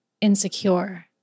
insecure